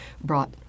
brought